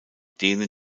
denen